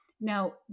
now